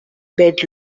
bed